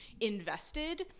invested